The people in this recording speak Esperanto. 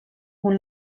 kun